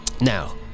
now